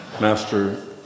Master